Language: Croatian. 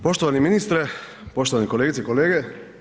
Poštovani ministre, poštovane kolegice i kolege.